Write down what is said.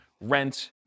rent